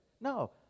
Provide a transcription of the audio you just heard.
No